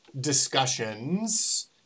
discussions